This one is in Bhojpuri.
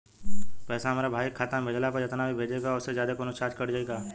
पैसा हमरा भाई के खाता मे भेजला पर जेतना भेजे के बा औसे जादे कौनोचार्ज कट जाई का?